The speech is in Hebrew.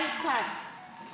בעד